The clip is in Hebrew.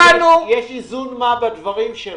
גפני, יש איזון מה בדברים שלו.